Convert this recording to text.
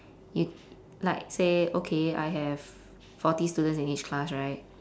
you like say okay I have forty students in each class right